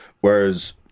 Whereas